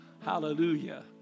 Hallelujah